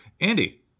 Andy